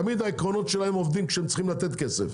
תמיד העקרונות שלהם עובדים כשהם צריכים לתת כסף,